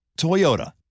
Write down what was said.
Toyota